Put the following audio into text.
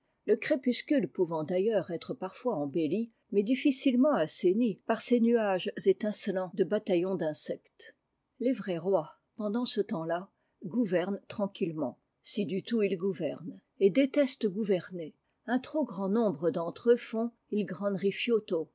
le crépuscule pouvant d'ailleurs être parfois embelli mais difficilement assaini par ces nuages étincelants de bataillons d'insectes les vrais rois pendant ce temps-là gouvernent tranquillement si du tout ils gouvernent et détestent gouverner un trop grand nombre d'entre eux font